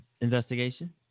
investigation